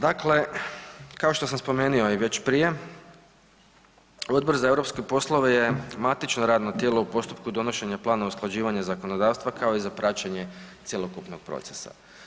Dakle, kao što sam spomenuo i već prije Odbor za europske poslove je matično radno tijelo u postupku donošenja plana usklađivanja zakonodavstva kao i za praćenje cjelokupnog procesa.